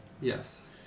Yes